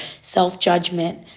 self-judgment